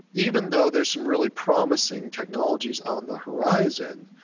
even though there's some really promising technologies on the horizon,